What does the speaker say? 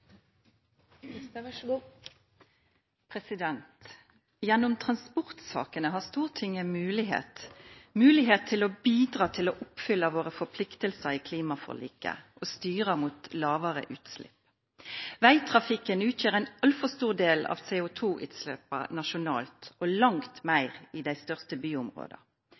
Gjennom transportsakene har Stortinget mulighet til å bidra til å oppfylle våre forpliktelser i klimaforliket og styre mot lavere utslipp. Veitrafikken utgjør en altfor stor del av CO2-utslippene nasjonalt og langt mer i de største